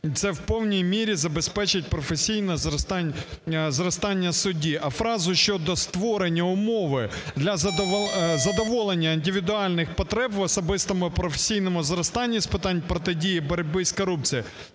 це в повній мірі забезпечить професійне зростання судді, а фраза "щодо створення умови для задоволення індивідуальних потреб в особистому професійному зростанні з питань протидії боротьби з корупцією"